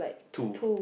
two